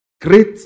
Great